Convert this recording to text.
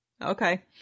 okay